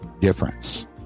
difference